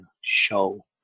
show